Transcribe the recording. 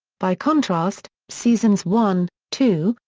by contrast, seasons one, two,